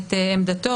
את עמדתו,